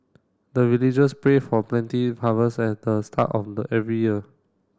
the villagers pray for plenty harvest at the start of the every year